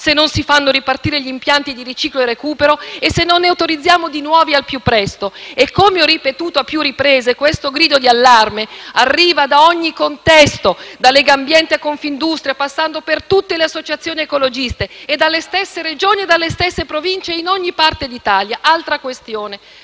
se non si fanno ripartire gli impianti di riciclo e recupero e se non ne autorizziamo di nuovi al più presto. Inoltre - come ho ripetuto a più riprese - questo grido di allarme arriva da ogni contesto, da Legambiente a Confindustria passando per tutte le associazioni ecologiste e dalle stesse Regioni e Province in ogni parte d'Italia. L'altra questione